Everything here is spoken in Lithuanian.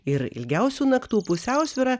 ir ilgiausių naktų pusiausvyra